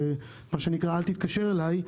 מה שנקרא אל תתקשר אליי.